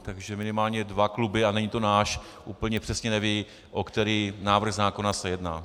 Takže minimálně dva kluby, a není to náš, úplně přesně nevědí, o který návrh zákona se jedná.